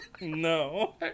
No